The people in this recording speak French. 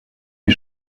est